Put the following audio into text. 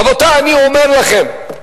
רבותי, אני אומר לכם: